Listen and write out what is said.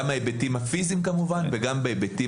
גם ההיבטים הפיזיים כמובן וגם בהיבטים